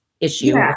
issue